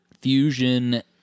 Fusion